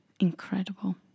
Incredible